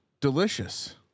delicious